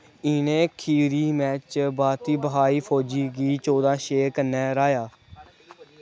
इ'नें खीरी मैच च भारती ब्हाई फौज गी चौदां छे कन्नै र्हाया